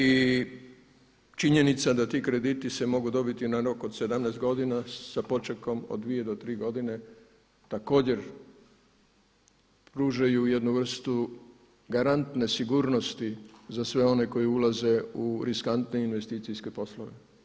I činjenica da ti krediti se mogu dobiti na rok od 17 godina sa počekom od 2 do 3 godine također pružaju jednu vrstu garantne sigurnosti za sve one koji ulaze u riskantne investicijske poslove.